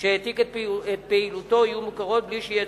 שהעתיק את פעילותו יהיו מוכרות בלי שיהיה